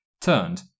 turned